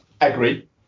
agree